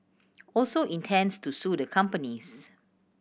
also intends to sue the companies